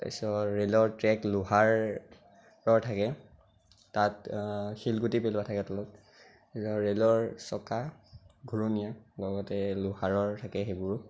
তাৰপিছত ৰেলৰ ট্ৰেক লোহাৰৰ থাকে তাত শিলগুটি পেলোৱা থাকে তলত ৰে'লৰ চকা ঘূৰণীয়া লগতে লোহাৰৰ থাকে সেইবোৰ